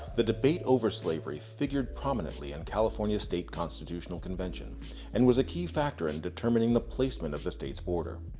the debate over slavery figured prominently in california's state constitutional convention and was a key factor in determining the placement of the state's border.